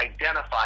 identify